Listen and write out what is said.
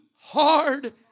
hard